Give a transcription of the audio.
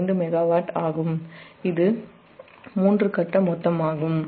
5MW ஆகும்